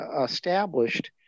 established